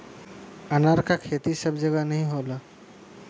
अनार क खेती सब जगह नाहीं होला